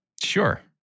Sure